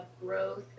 growth